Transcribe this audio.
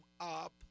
up